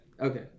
Okay